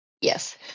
yes